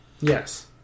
Yes